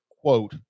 quote